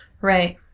right